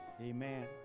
amen